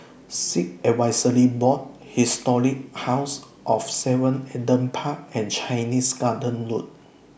Sikh Advisory Board Historic House of seven Adam Park and Chinese Garden Road